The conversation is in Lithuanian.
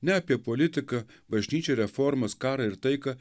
ne apie politiką bažnyčią reformas karą ir taiką